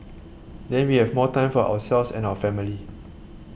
then we have more time for ourselves and our family